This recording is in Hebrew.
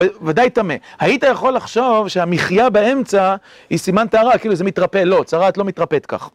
ודאי תמה, היית יכול לחשוב שהמחיה באמצע היא סימן טהרה, כאילו זה מתרפא. לא, צרעת לא מתרפאת כך.